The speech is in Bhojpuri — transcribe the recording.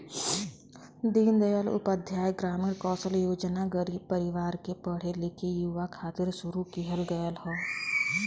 दीन दयाल उपाध्याय ग्रामीण कौशल योजना गरीब परिवार के पढ़े लिखे युवा खातिर शुरू किहल गयल हौ